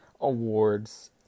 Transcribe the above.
awards